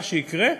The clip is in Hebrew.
מה שיקרה,